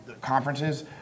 conferences